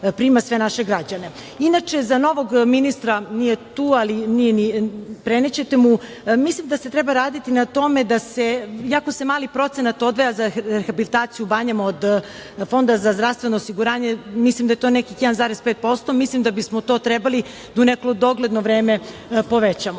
za novog ministra, nije tu, ali prenećete mu, mislim da se jako mali procenat odvaja za rehabilitaciju banjama od Fonda za zdravstveno osiguranje, mislim da je to nekih 1,5% i mislim da bismo to trebali da u neko dogledno vreme povećamo.